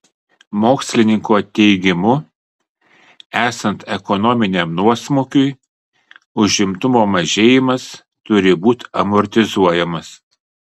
mokslininko teigimu esant ekonominiam nuosmukiui užimtumo mažėjimas turi būti amortizuojamas